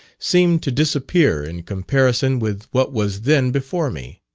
seemed to disappear in comparison with what was then before me.